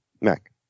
Mack